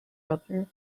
brother